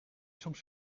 soms